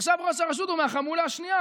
עכשיו ראש רשות הוא מהחמולה השנייה,